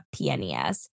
PNES